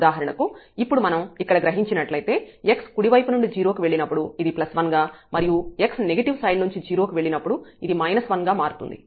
ఉదాహరణకు ఇప్పుడు మనం ఇక్కడ గ్రహించినట్లయితే x కుడివైపు నుండి 0 కి వెళ్ళినప్పుడు ఇది 1 గా మరియు x నెగిటివ్ సైడ్ నుండి 0 కి వెళ్ళినప్పుడు ఇది 1 గా మారుతుంది